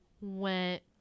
went